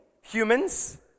humans